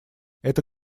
это